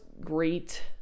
great